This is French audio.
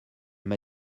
m’a